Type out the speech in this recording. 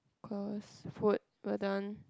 cause food burden